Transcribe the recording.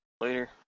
later